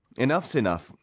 enough's enough!